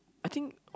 I think